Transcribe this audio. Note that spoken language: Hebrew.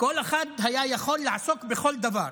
כל אחד היה יכול לעסוק בכל דבר,